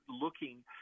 looking